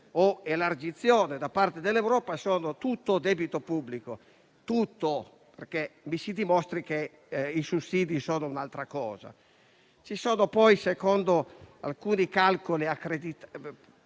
o elargizione da parte dell'Europa sono tutto debito pubblico (tutto, perché mi si dimostri che i sussidi sono un'altra cosa). Ci sono, poi, secondo calcoli verosimili,